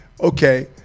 okay